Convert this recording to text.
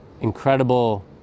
incredible